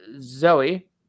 Zoe